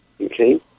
Okay